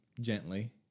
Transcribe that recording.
gently